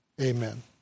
Amen